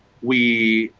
we,